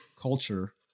culture